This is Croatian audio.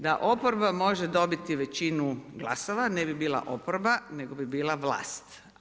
Da oporba može dobiti većinu glasova, ne bi bila oporba, nego bi bila vlast.